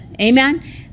Amen